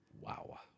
Wow